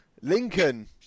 Lincoln